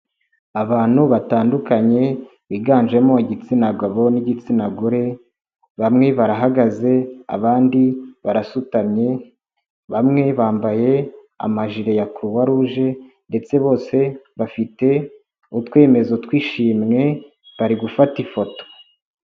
Abantu batandukanye biganjemo igitsina gabo n'igitsina gore, bamwe barahagaze abandi barasutamye, bamwe bambaye amajire ya Croix Rouge ndetse bose bafite utwemezo tw'ishimwe bari gufata ifoto.